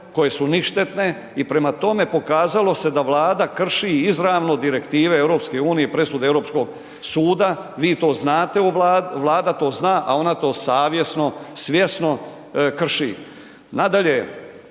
koje su ništetne i prema tome pokazalo se da Vlada krši izravno Direktive EU i presude Europskog suda, vi to znate u, Vlada to zna, a ona to savjesno, svjesno krši.